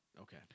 Okay